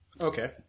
Okay